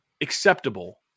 acceptable